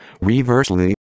reversely